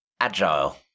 Agile